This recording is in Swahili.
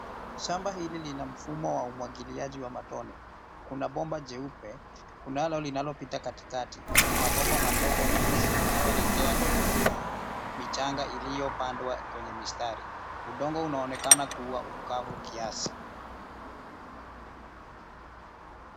Shamba hili lina mfumo wa umwagiliaji wa matone. Kuna bomba jeupe kunalo linalopita katikati na mabomba madogo meusi yanayoelekea kwenye mimea michanga iliyopandwa kwenye mistari. Udongo unaonekana kuwa ukavu kiasi.